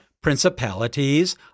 principalities